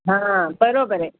हां बरोबर आहे